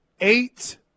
eight